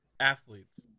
athletes